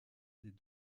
des